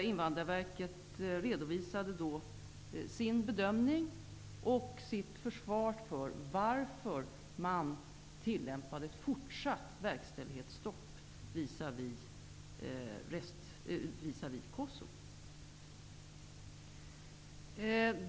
Invandrarverket redovisade då sin bedömning och sitt försvar för varför man tillämpade ett fortsatt verkställighetsstopp visavi Kosovo.